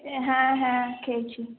হ্যাঁ হ্যাঁ খেয়েছি